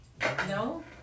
No